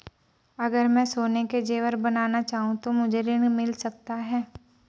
अगर मैं सोने के ज़ेवर बनाना चाहूं तो मुझे ऋण मिल सकता है?